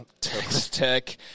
Tech